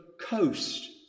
coast